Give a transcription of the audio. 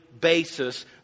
basis